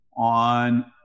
on